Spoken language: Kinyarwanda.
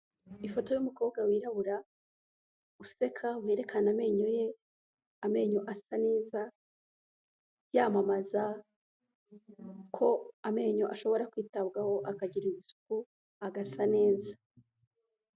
Ifoto y'umukobwa wirabura useka werekana amenyo ye, amenyo asa neza yamamaza ko amenyo ashobora kwitabwaho akagira isuku agasa neza.